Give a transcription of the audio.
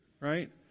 right